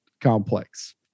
complex